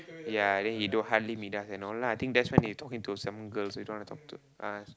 ya I think he do~ hardly meet us and all lah I think that's when he talking to some girls he don't want to talk to us